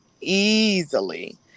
easily